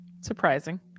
surprising